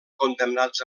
condemnats